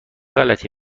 غلطی